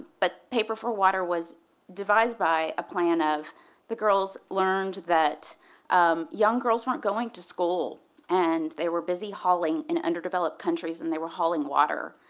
but paper for water was devised by a plan of the girls learned that um young girls weren't going to school and they were busy hawlings in under developed countries and they were hauling water.